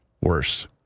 worse